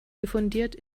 diffundiert